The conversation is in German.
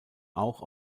auch